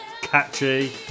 Catchy